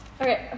Okay